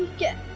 get